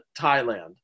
Thailand